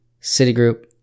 Citigroup